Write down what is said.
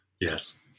Yes